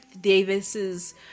Davis's